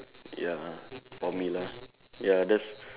ya for me lah ya that's